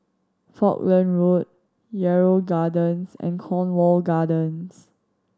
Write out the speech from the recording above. Falkland Road Yarrow Gardens and Cornwall Gardens